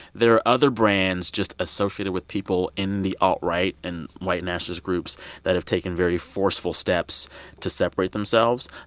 there are other brands just associated with people in the alt-right and white nationalist groups that have taken very forceful steps to separate themselves.